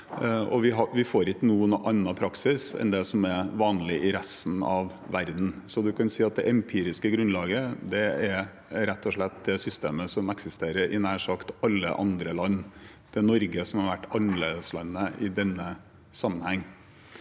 Vi får ikke noen annen praksis enn det som er vanlig i resten av verden. Så man kan si at det empiriske grunnlaget er rett og slett det systemet som eksisterer i nær sagt alle andre land enn Norge, som har vært annerledeslandet i denne sammenheng.